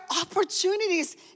opportunities